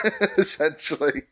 Essentially